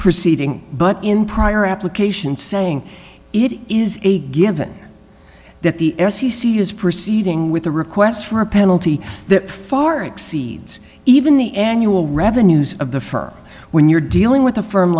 proceeding but in prior applications saying it is a given that the f c c is proceeding with a request for a penalty that far exceeds even the annual revenues of the firm when you're dealing with